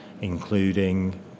including